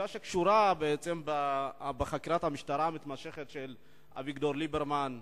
קשורה לחקירת המשטרה המתמשכת של אביגדור ליברמן.